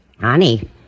Honey